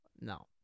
no